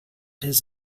his